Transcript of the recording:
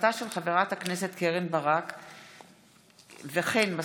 בהצעתה של חברת הכנסת קרן ברק בנושא: לאן הולכים כספי האפוטרופסות,